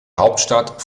hauptstadt